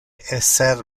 esser